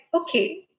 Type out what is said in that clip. okay